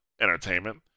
Entertainment